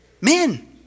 men